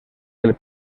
del